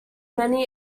many